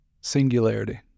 singularity